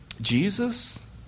Jesus